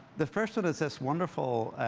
the first is this wonderful